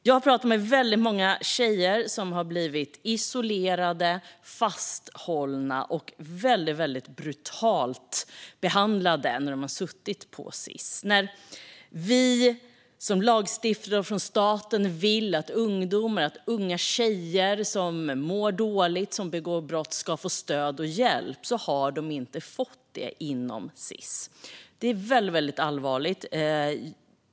Jag har pratat med väldigt många tjejer som har blivit isolerade, fasthållna och väldigt brutalt behandlade när de har suttit på Sis. Vi lagstiftare och staten vill att ungdomar och unga tjejer som mår dåligt och som begår brott ska få stöd och hjälp, men de har inte fått det inom Sis. Det är väldigt allvarligt.